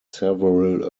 several